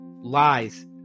Lies